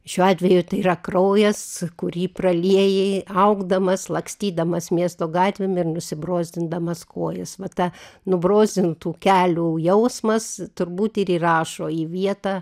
šiuo atveju tai yra kraujas kurį praliejai augdamas lakstydamas miesto gatvėm ir nusibrozdindamas kojas va ta nubrozdintų kelių jausmas turbūt ir įrašo į vietą